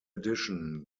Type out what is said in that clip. addition